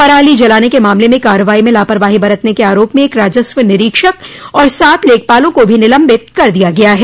पराली जलाने के मामले में कार्रवाई में लापरवाही बरतने के आरोप में एक राजस्व निरीक्षक और सात लेखपालों को भी निलम्बित कर दिया गया है